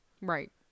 Right